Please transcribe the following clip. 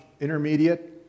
intermediate